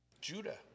Judah